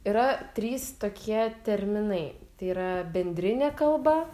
yra trys tokie terminai tai yra bendrinė kalba